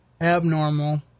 abnormal